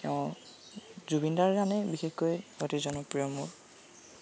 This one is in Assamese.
তেওঁ জুবিনদাৰ গানেই বিশেষকৈ অতি জনপ্ৰিয় মোৰ